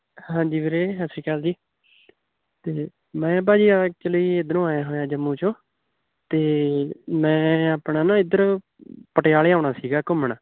ਹਾਂਜੀ ਵੀਰੇ ਸਤਿ ਸ਼੍ਰੀ ਅਕਾਲ ਜੀ ਅਤੇ ਮੈਂ ਭਾਅ ਜੀ ਆ ਐਕਚੁਲੀ ਇੱਧਰੋਂ ਆਇਆ ਹੋਇਆਂ ਆ ਜੰਮੂ 'ਚੋਂ ਅਤੇ ਮੈਂ ਆਪਣਾ ਨਾ ਇੱਧਰ ਪਟਿਆਲੇ ਆਉਣਾ ਸੀਗਾ ਘੁੰਮਣ